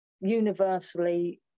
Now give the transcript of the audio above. universally